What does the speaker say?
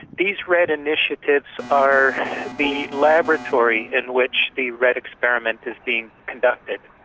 these redd initiatives are the laboratory in which the redd experiment is being conducted.